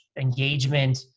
engagement